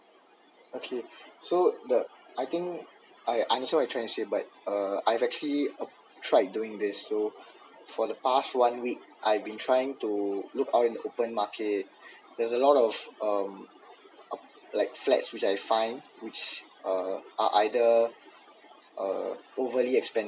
okay so the I think I I'm also trying to say but uh I've actually tried doing this so for the past one week I've been trying to look out in the open market there's a lot of uh like flats which I fine which uh are either overly